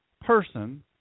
person